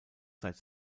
seit